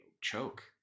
choke